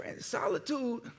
solitude